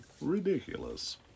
ridiculous